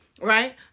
Right